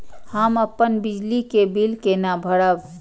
हम अपन बिजली के बिल केना भरब?